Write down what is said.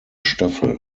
staffel